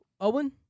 Owen